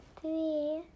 three